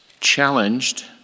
challenged